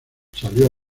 salió